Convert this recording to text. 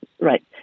Right